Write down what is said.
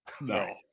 no